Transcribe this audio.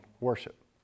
worship